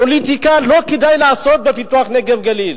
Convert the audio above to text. פוליטיקה לא כדאי לעשות בפיתוח נגב-גליל.